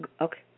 Okay